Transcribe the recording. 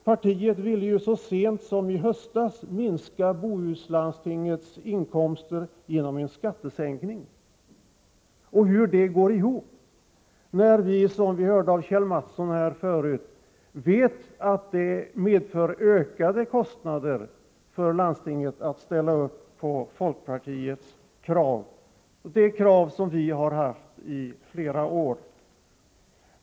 Partiet ville ju så sent som i höstas genom en skattesänkning minska Bohuslandstingets inkomster. Och hur går det ihop när vi, som Kjell Mattsson sade, vet att det medför ökade kostnader för landstinget att ställa upp på folkpartiets krav — det krav som vi har haft i flera år?